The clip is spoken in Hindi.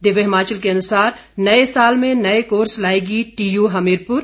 दिव्य हिमाचल के अनुसार नए साल में नए कोर्स लाएगी टीयू हमीरपुर